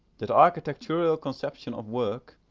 that architectural conception of work,